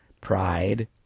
pride